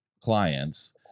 clients